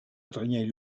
adrien